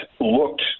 looked